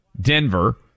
Denver